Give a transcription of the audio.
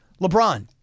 LeBron